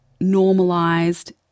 normalized